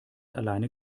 alleine